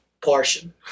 Portion